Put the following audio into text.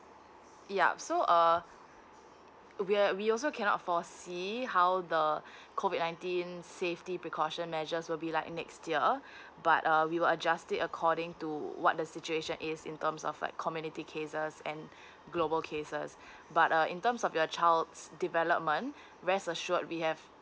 ya so uh we are we also cannot foresee how the C O V I D nineteen safety precaution measures will be like next year but uh we will adjust the according to what the situation is in terms of like community cases and global cases but uh in terms of your child's development rest assured we have